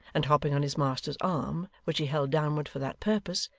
and hopping on his master's arm, which he held downward for that purpose,